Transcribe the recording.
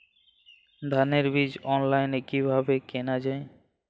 ধানের বীজ অনলাইনে কিভাবে কেনা যায়?